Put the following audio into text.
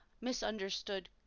misunderstood